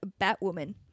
Batwoman